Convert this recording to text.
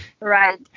Right